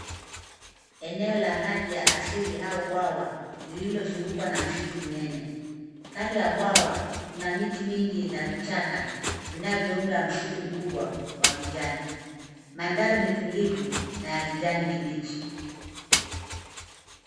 Eneo la maji ya asili au bwawa lililozungukwa na msitu mnene. Kando ya bwawa kuna miti mingi na vichaka vinavyounda msitu mkubwa wa kijani. Mandhari ni tulivu na ya kijani kibichi.